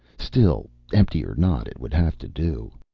still, empty or not, it would have to do.